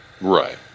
Right